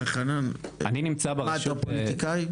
חנן אתה פוליטיקאי?